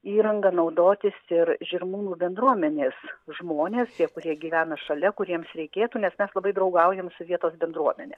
įranga naudotis ir žirmūnų bendruomenės žmonės tie kurie gyvena šalia kuriems reikėtų nes mes labai draugaujam su vietos bendruomene